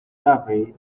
survey